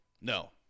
No